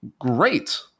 Great